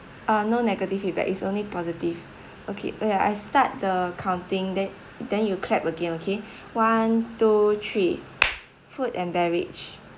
uh no negative feedback is only positive okay wait ah I start the counting then then you clap again okay one two three food and beverage